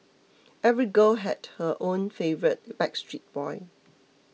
every girl had her own favourite Backstreet Boy